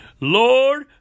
Lord